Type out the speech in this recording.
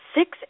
six-